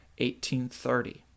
1830